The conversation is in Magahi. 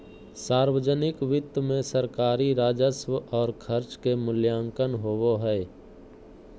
सावर्जनिक वित्त मे सरकारी राजस्व और खर्च के मूल्यांकन होवो हय